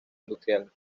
industrial